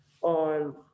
on